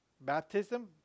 baptism